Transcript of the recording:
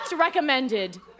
recommended